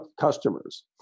customers